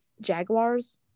jaguars